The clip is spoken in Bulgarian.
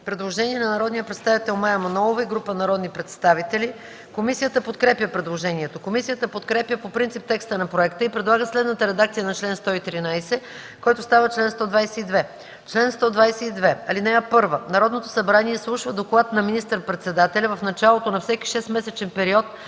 предложение на народния представител Мая Манолова и група народни представители: Комисията подкрепя предложението. Комисията подкрепя по принцип текста на проекта и предлага следната редакция на чл. 113, който става чл. 122: „Чл. 122. (1) Народното събрание изслушва доклад на министър-председателя в началото на всеки 6-месечен период